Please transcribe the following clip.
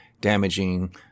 damaging